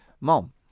mom